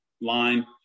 line